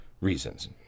reasons